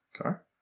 car